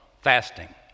fasting